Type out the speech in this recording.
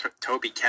toby